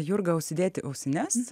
jurgą užsidėti ausines